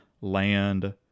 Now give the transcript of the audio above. land